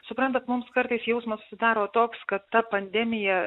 suprantat mums kartais jausmas susidaro toks kad ta pandemija